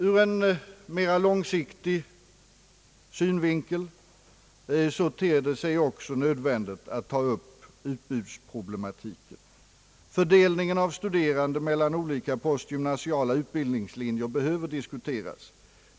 Ur en mera långsiktig synvinkel ter det sig också nödvändigt att ta upp utbudsproblematiken. Fördelningen av studerande mellan olika postgymnasiala utbildningslinjer behöver diskuteras.